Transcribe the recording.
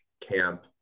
camp